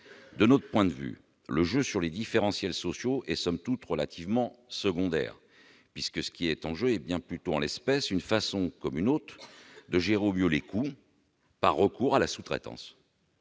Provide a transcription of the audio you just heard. De notre point de vue, le jeu sur les différentiels sociaux est, somme toute, relativement secondaire : ce qui est en jeu est bien plutôt, en l'espèce, une façon comme une autre de gérer au mieux les coûts par le recours à la sous-traitance,